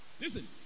Listen